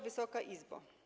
Wysoka Izbo!